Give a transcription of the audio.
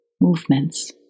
movements